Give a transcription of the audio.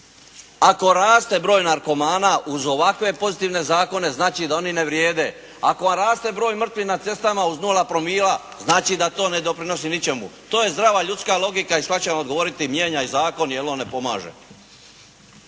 Ako raste broj narkomana uz ovakve pozitivne zakone znači da oni ne vrijede. Ako raste broj mrtvih na cestama uz nula promila znači da to ne doprinosi ničemu. To je zdrava ljudska logika i svak će odgovoriti mijenjaj zakon, jer on ne pomaže.